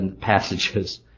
passages